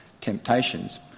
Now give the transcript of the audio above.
temptations